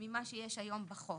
ממה שיש היום בחוק,